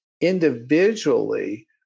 individually